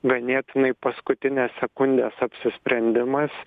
ganėtinai paskutinės sekundės apsisprendimas